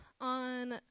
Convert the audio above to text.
On